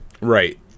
Right